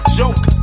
joke